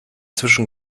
zwischen